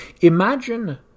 Imagine